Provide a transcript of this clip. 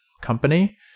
company